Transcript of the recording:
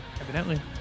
Evidently